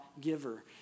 giver